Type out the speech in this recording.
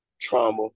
trauma